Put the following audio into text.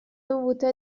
dovute